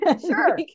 Sure